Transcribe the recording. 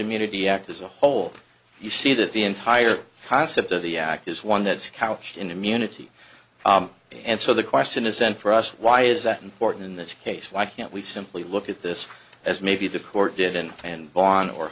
immunity act as a whole you see that the entire concept of the act is one that's couched in immunity and so the question is then for us why is that important in this case why can't we simply look at this as maybe the court didn't and bon or